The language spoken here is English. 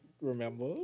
remember